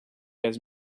has